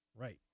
Right